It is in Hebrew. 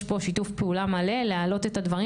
יש פה שיתוף פעולה מלא להעלות את הדברים